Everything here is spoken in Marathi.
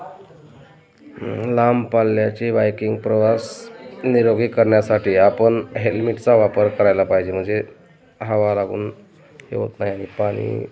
लांब पल्ल्याची बाईकिंग प्रवास निरोगी करण्यासाठी आपण हेल्मेटचा वापर करायला पाहिजे म्हणजे हवा लागून हे होत नाही आणि पाणी